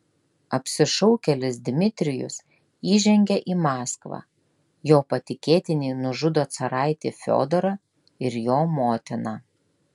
apsišaukėlis dmitrijus įžengia į maskvą jo patikėtiniai nužudo caraitį fiodorą ir jo motiną